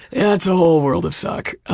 yeah, it's a whole world of suck.